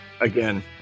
again